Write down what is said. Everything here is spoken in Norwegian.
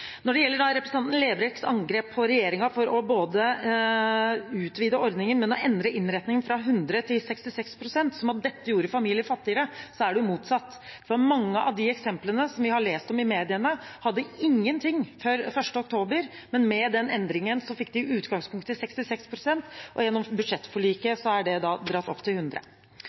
Når det gjelder representanten Lerbrekks angrep på regjeringen for både å utvide ordningen og å endre innretningen fra 100 pst. til 66 pst., som om dette gjorde familier fattigere, så er det motsatt. Mange av dem vi har lest om i mediene, hadde ingenting før 1. oktober, men med den endringen fikk de i utgangspunktet 66 pst., og gjennom budsjettforliket er det dratt opp til 100